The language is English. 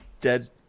dead